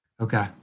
Okay